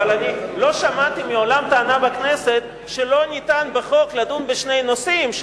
אבל אני לא שמעתי מעולם בכנסת טענה שאי-אפשר בחוק לדון בשני נושאים,